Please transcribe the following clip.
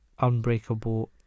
unbreakable